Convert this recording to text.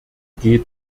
geht